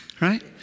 Right